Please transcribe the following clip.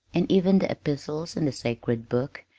and even the epistles in the sacred book,